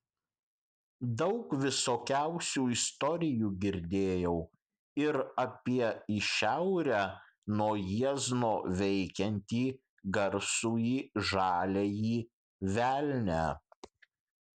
daug visokiausių istorijų girdėjau ir apie į šiaurę nuo jiezno veikiantį garsųjį žaliąjį velnią